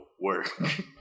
work